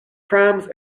prams